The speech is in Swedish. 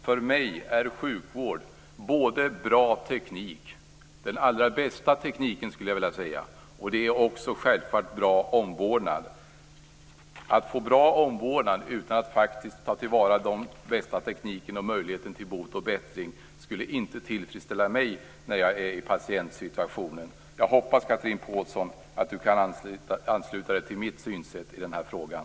För mig är sjukvård både bra teknik - den allra bästa tekniken skulle jag vilja säga - och självfallet också bra omvårdnad. Att få en bra omvårdnad utan att faktiskt ta till vara den bästa tekniken och möjligheten till bot och bättring skulle inte tillfredsställa mig när jag är i en patientsituation. Jag hoppas att Chatrine Pålsson kan ansluta sig till mitt synsätt i den här frågan.